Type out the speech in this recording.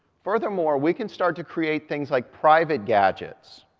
furthermore, we can start to create things like private gadgets.